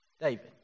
David